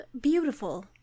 Beautiful